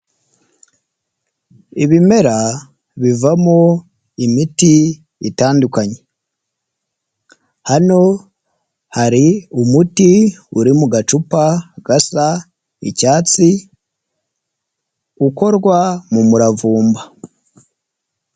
Ibimera bivamo imiti itandukanye, hano hari umuti uri mu gacupa gasa icyatsi ukorwa mu muravumba.